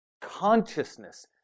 Consciousness